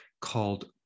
called